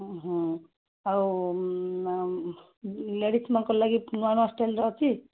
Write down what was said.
ହଁ ଆଉ ଲେଡ଼ିସ୍ମାନଙ୍କର ଲାଗି ନୂଆ ନୂଆ ଷ୍ଟାଇଲର ଅଛି